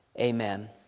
Amen